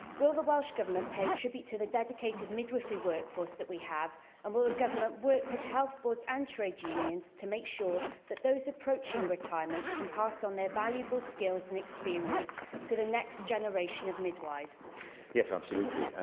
will the welsh government pay tribute to the dedicated midwifery workforce that we have and will the government work with health boards and trade unions to make sure that those approaching retirement can pass on their valuable skills and experience to the next generation of midwives? carwyn jones yes, absolutely.